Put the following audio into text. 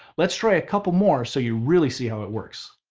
let's try a couple more so you really see how it works.